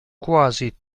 quasi